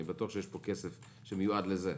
אני בטוח שיש כאן כסף שמיועד לזה.